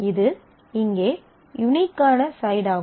இது இங்கே யூனிஃக்கான சைடு ஆகும்